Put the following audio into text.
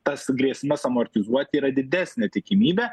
tas grėsmes amortizuoti yra didesnė tikimybė